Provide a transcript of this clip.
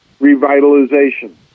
revitalization